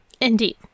Indeed